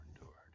endured